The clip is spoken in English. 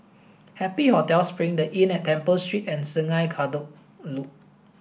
Happy Hotel Spring The Inn at Temple Street and Sungei Kadut Loop